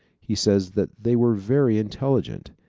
he says that they were very intelligent,